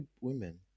women